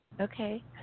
Okay